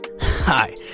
Hi